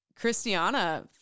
Christiana